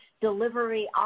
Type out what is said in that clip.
delivery